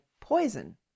poison